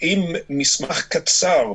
מסמך קצר,